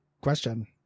question